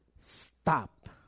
stop